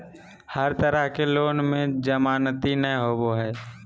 हर तरह के लोन में जमानती नय होबो हइ